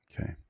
Okay